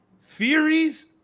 theories